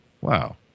wow